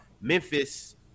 Memphis